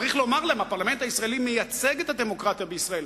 צריך לומר להם: הפרלמנט הישראלי מייצג את הדמוקרטיה בישראל.